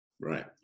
right